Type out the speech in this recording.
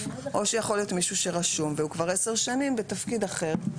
או שיכול להיות מישהו שרשום והוא כבר 10 שנים בתפקיד אחר.